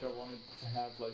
ah wanted to have,